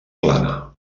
plana